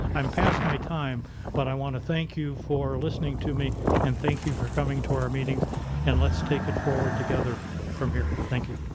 i'm past my time but i wanna thank you for listening to me and thank you for coming to our meetings and let's take it forward together from here. thank you.